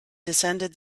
descended